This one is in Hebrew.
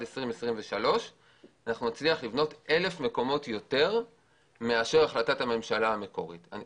2023 נצליח לבנות אלף מקומות יותר מאשר מה שבהחלטת הממשלה המקורית.